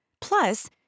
Plus